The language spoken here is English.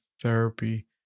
therapy